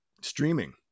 streaming